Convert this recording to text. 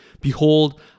Behold